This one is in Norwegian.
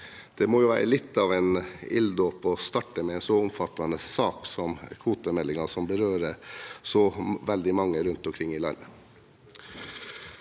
Det må være litt av en ilddåp å starte med en så omfattende sak som kvotemeldingen, som berører veldig mange rundt om i landet.